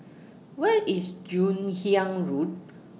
Where IS Joon Hiang Road